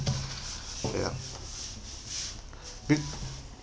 okay ah bit